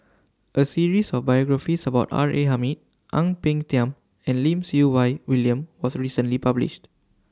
A series of biographies about R A Hamid Ang Peng Tiam and Lim Siew Wai William was recently published